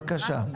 בבקשה.